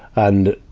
and,